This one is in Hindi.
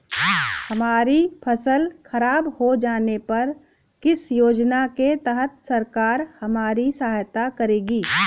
हमारी फसल खराब हो जाने पर किस योजना के तहत सरकार हमारी सहायता करेगी?